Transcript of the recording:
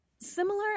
similar